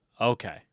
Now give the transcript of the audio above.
Okay